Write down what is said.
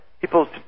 People